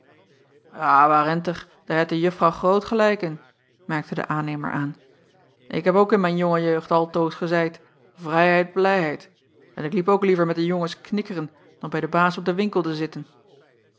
warentig daar heit de uffrouw groot gelijk in merkte de aannemer aan ik heb ook in mijn jonge jeugd altoos gezeid vrijheid blijheid en ik liep ook liever met de jongens knikkeren dan bij den baas op den winkel te zitten